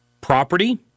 property